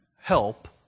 help